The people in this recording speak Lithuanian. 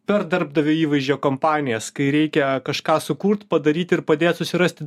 per darbdavio įvaizdžio kompanijas kai reikia kažką sukurt padaryt ir padėti susirasti